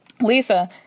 Lisa